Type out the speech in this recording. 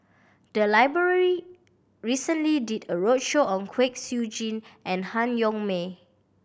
the library recently did a roadshow on Kwek Siew Jin and Han Yong May